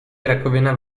rakovina